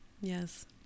Yes